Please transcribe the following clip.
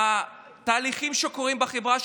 בתהליכים שקורים בחברה,